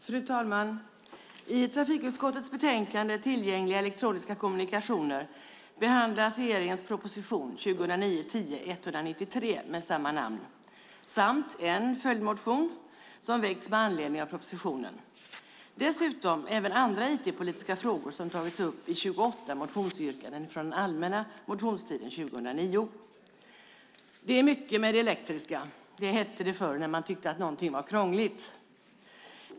Fru talman! I trafikutskottets betänkande Tillgängliga elektroniska kommunikationer behandlas regeringens proposition 2009/10:193 med samma namn samt en följdmotion som väckts med anledning av propositionen. Dessutom behandlas även andra IT-politiska frågor som tagits upp i 28 motionsyrkanden från allmänna motionstiden 2009. "Det är mycket med det elektriska" hette det förr när man tyckte att något var krångligt.